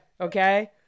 Okay